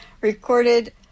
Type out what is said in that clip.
Recorded